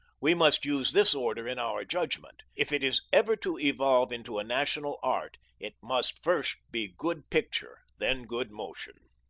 we must use this order in our judgment. if it is ever to evolve into a national art, it must first be good picture, then good motion.